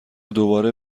دوباره